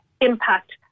impact